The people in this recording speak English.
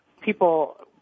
People